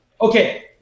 Okay